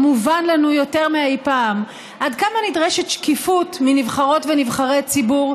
מובן לנו יותר מאי-פעם עד כמה נדרשת שקיפות מנבחרות ונבחרי ציבור,